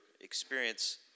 experience